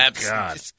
God